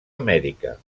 amèrica